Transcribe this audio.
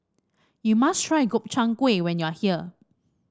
you must try Gobchang Gui when you are here